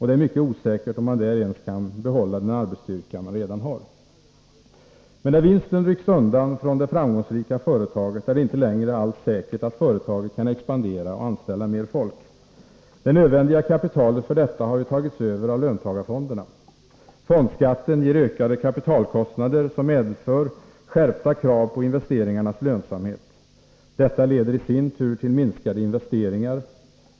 Det är mycket osäkert om man där ens kan behålla den arbetsstyrka man redan har. När vinsten rycks undan från det framgångsrika företaget, är det inte längre alls säkert att företaget kan expandera och anställa mer folk. Det nödvändiga kapitalet för detta har ju tagits över av löntagarfonderna. Fondskatten ger ökade kapitalkostnader, som medför skärpta krav på investeringarnas lönsamhet. Detta leder i sin tur till minskade investeringar.